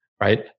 right